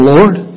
Lord